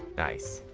nice.